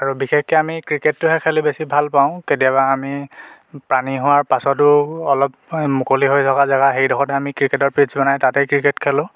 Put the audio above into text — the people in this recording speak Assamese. আৰু বিশেষকৈ আমি ক্ৰিকেটটোহে খেলি বেছি ভালপাওঁ কেতিয়াবা আমি পানী হোৱাৰ পাছতো অলপ মুকলি হৈ থকা জেগা সেইডোখৰতে আমি ক্ৰিকেটৰ পিটছ বনাই তাতেই ক্ৰিকেট খেলোঁ